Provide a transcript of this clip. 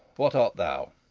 what art thou?